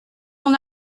mon